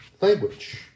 language